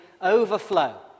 overflow